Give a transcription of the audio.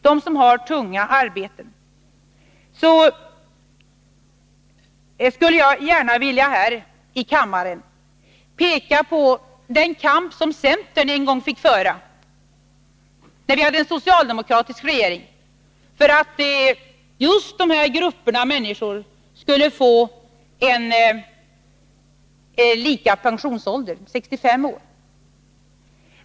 Jag skulle då gärna inför denna kammare vilja peka på den kampanj som centern en gång fick föra mot en socialdemokratisk regering för att just denna grupp av människor skulle få lika pensionsålder — 65 år.